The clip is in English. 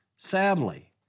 Sadly